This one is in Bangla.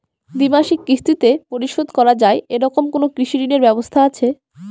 দ্বিমাসিক কিস্তিতে পরিশোধ করা য়ায় এরকম কোনো কৃষি ঋণের ব্যবস্থা আছে?